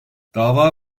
dava